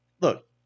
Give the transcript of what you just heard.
look